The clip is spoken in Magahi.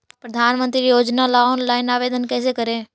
प्रधानमंत्री योजना ला ऑनलाइन आवेदन कैसे करे?